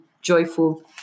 joyful